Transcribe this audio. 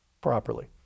properly